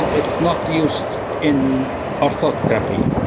ah it's not used in orthography